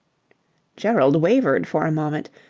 gerald wavered for a moment,